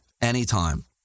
anytime